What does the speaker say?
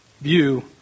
view